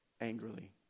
angrily